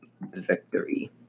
victory